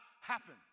happen